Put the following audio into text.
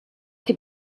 che